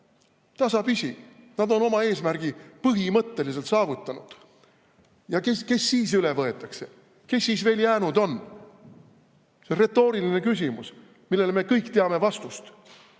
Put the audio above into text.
tasapisi, nad on oma eesmärgi põhimõtteliselt saavutanud. Ja kes siis üle võetakse? Kes siis veel jäänud on? Retooriline küsimus, millele me kõik teame vastust.